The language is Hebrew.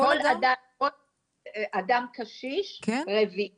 כל אדם קשיש רביעי